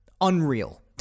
Unreal